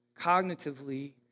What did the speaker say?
cognitively